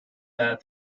that